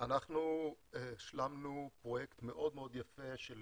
אנחנו השלמנו פרויקט מאוד מאוד יפה של